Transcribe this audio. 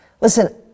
Listen